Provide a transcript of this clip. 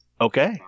Okay